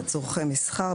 לצורכי מסחר,